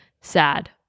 sad